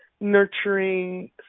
nurturing